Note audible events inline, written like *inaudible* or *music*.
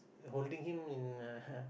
holding him in uh *laughs*